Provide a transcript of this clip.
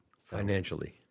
Financially